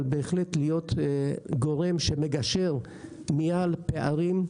אבל בהחלט להיות גורם שמגשר בנייה על פערים,